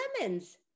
lemons